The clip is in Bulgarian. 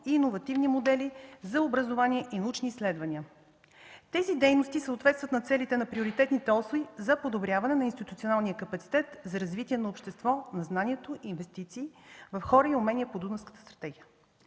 и иновативни модели за образование и научни изследвания. Тези дейности съответстват на целите на приоритетните оси за подобряване на институционалния капацитет за развитие на общество, на знанието, инвестиции, в хора и умения по Дунавската стратегия.